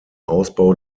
ausbau